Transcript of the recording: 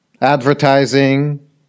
advertising